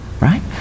right